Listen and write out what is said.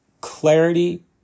clarity